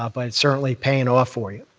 ah but it's certainly paying off for you.